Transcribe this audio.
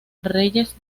reyes